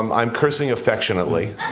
i'm i'm cursing affectionately.